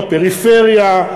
בפריפריה,